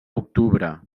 octubre